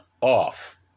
off